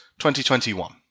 2021